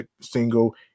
single